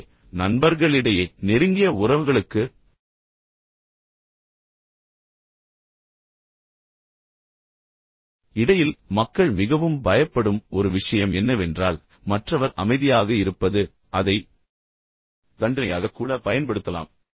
எனவே நண்பர்களிடையே நெருங்கிய உறவுகளுக்கு இடையில் மக்கள் மிகவும் பயப்படும் ஒரு விஷயம் என்னவென்றால் மற்றவர் அமைதியாக இருப்பது எனவே அதை தண்டனையாக கூட பயன்படுத்தலாம்